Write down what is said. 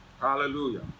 Hallelujah